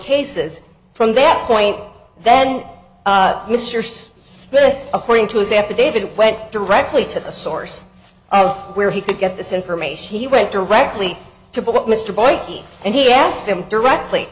cases from that point then mr spirit according to his affidavit went directly to the source of where he could get this information he went directly to what mr boycie and he asked him directly